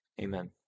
Amen